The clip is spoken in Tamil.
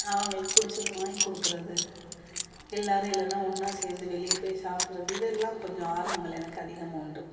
அவங்களுக்கு பிடிச்சத வாங்கி கொடுக்குறது எல்லாரும் இல்லைனா ஒன்றா சேர்ந்து வெளியே போய் சாப்பிட்றது இதெல்லாம் கொஞ்சம் ஆர்வங்கள் எனக்கு அதிகமாக உண்டு